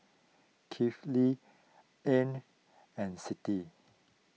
Kifli an and Siti